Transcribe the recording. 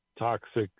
Toxic